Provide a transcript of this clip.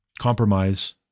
Compromise